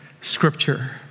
scripture